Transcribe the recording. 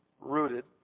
Rooted